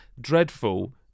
dreadful